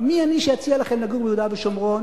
מי אני שאציע לכם לגור ביהודה ושומרון,